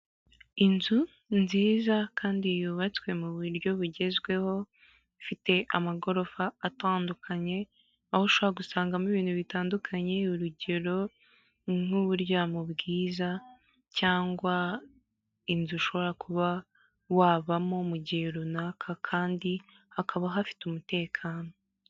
Inzu nziza kandi yubatswe mu buryo bugezweho ifite amagorofa atandukanye, aho ushaka gusangamo ibintu bitandukanye urugero nk'uburyomo bwiza cyangwa inzu ushobora kuba wabamo mu gihe runaka kandi hakaba hafite umutekano.